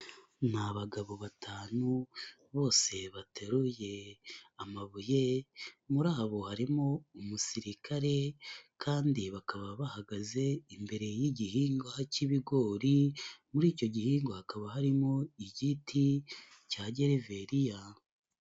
Ni abagabo batanu bose bateruye amabuye, muri abo harimo umusirikare kandi bakaba bahagaze imbere y'igihingwa cy'ibigori, muri icyo gihingwa hakaba harimo igiti cya gereveriya.